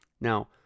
Now